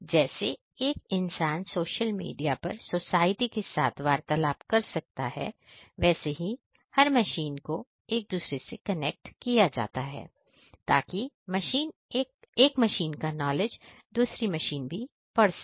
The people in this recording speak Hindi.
जैसे एक इंसान सोशल मीडिया पर सोसायटी के साथ वार्तालाप कर सकता है वैसे ही हर मशीन को एक दूसरे से कनेक्ट किया जाता है ताकि एक मशीन का नॉलेज दूसरी मशीन भी पढ़ सके